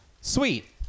Sweet